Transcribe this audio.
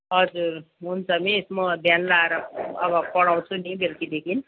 हजुर हुन्छ मिस म ध्यान लाएर अब पढ़ाउछु नि बेलुकादेखि